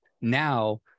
now